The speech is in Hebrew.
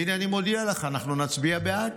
והינה אני מודיע לך: אנחנו נצביע בעד.